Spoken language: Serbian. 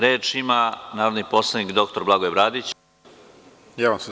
Reč ima narodni poslanik dr. Blagoje Bradić.